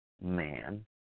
man